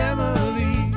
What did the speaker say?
Emily